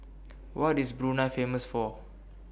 What IS Brunei Famous For